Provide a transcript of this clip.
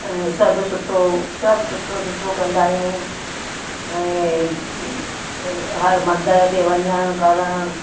सभु सुठो सभु सुठो सुठो कंदा आहियूं ऐं हर मंदर ते वञणु करणु